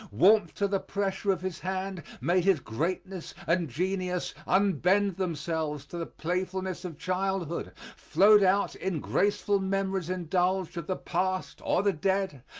warmth to the pressure of his hand, made his greatness and genius unbend themselves to the playfulness of childhood, flowed out in graceful memories indulged of the past or the dead,